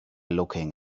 looking